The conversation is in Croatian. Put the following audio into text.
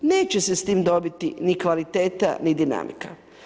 Neće se s tim dobiti ni kvaliteta ni dinamika.